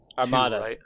Armada